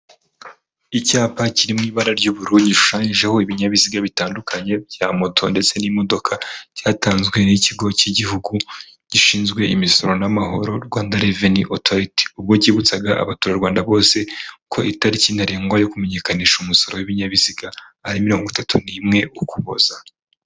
Icyapa kiri mu ibara ry'ubururu gishushanyijeho ibinyabiziga bitandukanye bya moto ndetse n'imodoka cyatanzwe n'ikigo cy'igihugu gishinzwe imisoro n'amahoro Rwanda reveni otoriti, ubwo cyibutsaga abaturarwanda bose ko itariki ntarengwa yo kumenyekanisha umusoro w'ibinyabiziga ari mirongo itatu n'imwe ukuboza.